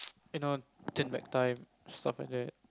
you know take back time stuff like that